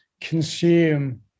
consume